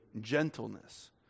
gentleness